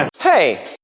hey